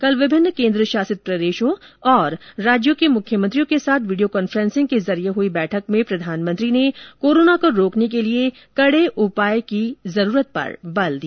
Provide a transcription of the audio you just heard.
कल विभिन्न केन्द्र शासित प्रदेशों और राज्यों के मुख्यमंत्रियों के साथ वीडियो कॉन्फ्रेंसिंग के जरिये हुई बैठक में प्रधानमंत्री ने कोरोना को रोकने के लिए कडे उपाय की जरूरत पर बल दिया